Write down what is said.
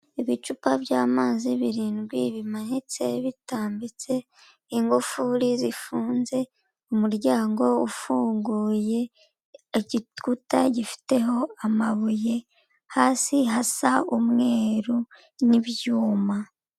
Ibicupa by'amazi birindwi bimanitse bitambitse, ingufuri zifunze, umuryango ufunguye, igikuta gifiteho amabuye, hasi hasa umweru n'ibyuma.